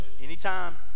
anytime